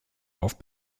auf